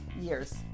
years